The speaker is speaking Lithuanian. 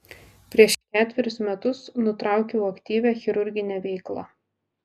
prieš ketverius metus nutraukiau aktyvią chirurginę veiklą